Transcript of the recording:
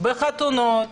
בחתונות,